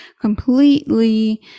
completely